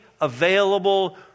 available